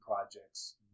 projects